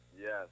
Yes